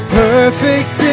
perfect